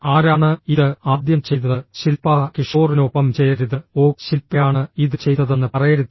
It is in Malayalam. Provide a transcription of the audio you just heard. ആരാണ് ഇത് ആദ്യം ചെയ്തത് ശിൽപാഃ കിഷോറിനൊപ്പം ചേരരുത് ഓ ശിൽപയാണ് ഇത് ചെയ്തതെന്ന് പറയരുത്